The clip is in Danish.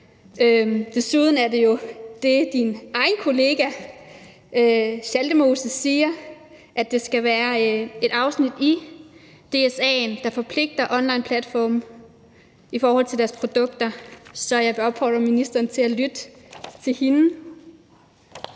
Desuden er det jo det, ministerens egen kollega, Christel Schaldemose, siger: At der skal være et afsnit i DSA'en, der forpligter onlineplatforme i forhold til deres produkter. Så jeg vil opfordre ministeren til at lytte til hende,